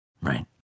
right